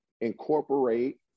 Incorporate